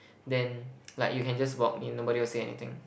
then like you can just walk in nobody will say anything